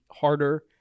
harder